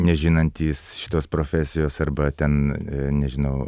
nežinantys šitos profesijos arba ten nežinau